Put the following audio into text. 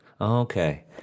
okay